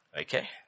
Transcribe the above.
okay